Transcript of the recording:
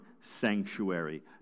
sanctuary